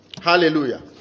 hallelujah